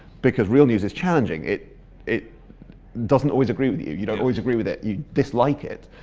because real news is challenging. it it doesn't always agree with you. you don't always agree with it, you dislike it,